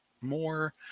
more